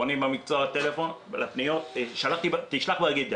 בטלפון 'תשלח בדיגיטל',